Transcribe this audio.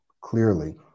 clearly